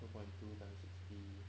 two point two times sixty